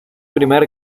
primer